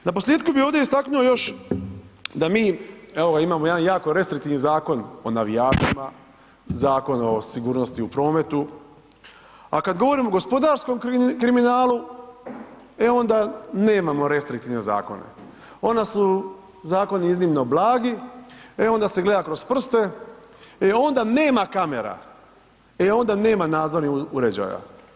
Na posljetku bih ovdje istaknuo još da mi evo ga imamo jedan jako restriktivni Zakon o navijačima, Zakon o sigurnosti u prometu a kad govorimo o gospodarskom kriminalu e onda nemamo restriktivne zakone, onda su zakoni iznimno blagi, e onda se gleda kroz prste, e onda nema kamera, e onda nema nadzornih uređaja.